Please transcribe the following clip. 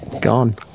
gone